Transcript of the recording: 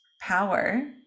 power